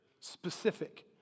specific